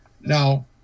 Now